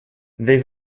they